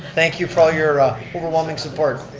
thank you for all your overwhelming support.